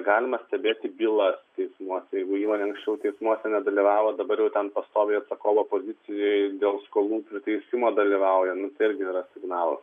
galima stebėti bylas teismuose jeigu įmonė anksčiau teismuose nedalyvavo dabar jau ten pastoviai atsakovo pozicijoj dėl skolų priteisimo dalyvauja nu tai irgi yra signalas